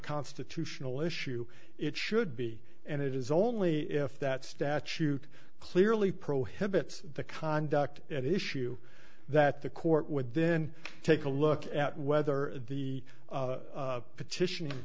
constitutional issue it should be and it is only if that statute clearly prohibits the conduct at issue that the court would then take a look at whether the petition